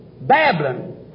Babylon